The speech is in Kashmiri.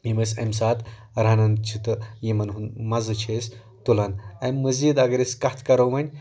یِم أسۍ اَمہِ ساتہٕ رَنان چھِ تہٕ یِمَن ہُنٛد مَزٕ چھِ أسۍ تُلان اَمہِ مٔزیٖد اَگر أسۍ کَتھ کرو وۄنۍ